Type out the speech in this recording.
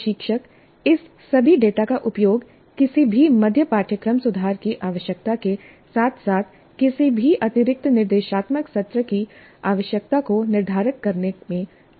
प्रशिक्षक इस सभी डेटा का उपयोग किसी भी मध्य पाठ्यक्रम सुधार की आवश्यकता के साथ साथ किसी भी अतिरिक्त निर्देशात्मक सत्र की आवश्यकता को निर्धारित करने में कर सकता है